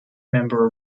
member